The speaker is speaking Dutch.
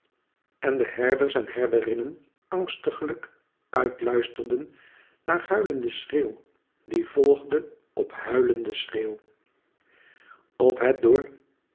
en de herders en herderinnen angstiglijk uit luisterden naar huilenden schreeuw die volgde op huilenden schreeuw op het door